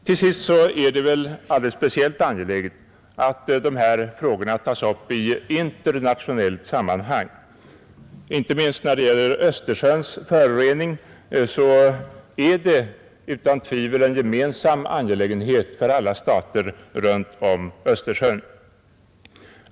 Till sist är det väl speciellt angeläget att dessa frågor tas upp i ett internationellt sammanhang. Inte minst Östersjöns förorening är utan tvivel en gemensam angelägenhet för alla stater runt Östersjön.